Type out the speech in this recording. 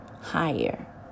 higher